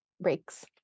breaks